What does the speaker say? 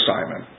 Simon